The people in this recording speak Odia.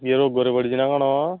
ସେ ରୋଗରେ ପଡ଼ିଛି ନା କ'ଣ ମ